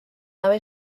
nave